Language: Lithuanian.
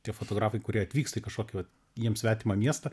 tie fotografai kurie atvyksta į kažkokį jiems svetimą miestą